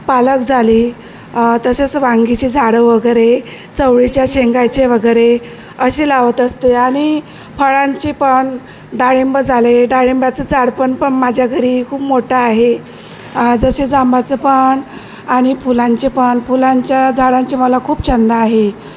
पालक झाली तसेच वांगीची झाडं वगैरे चवळीच्या शेंगायचे वगैरे असे लावत असते आणि फळांचे पण डाळिंब झाले डाळिंबाचं झाड पण पण माझ्या घरी खूप मोठं आहे जसे जांबाचं पण आणि फुलांचे पण फुलांच्या झाडांचे मला खूप छंद आहे